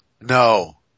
No